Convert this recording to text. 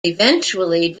eventually